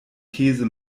these